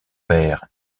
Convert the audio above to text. père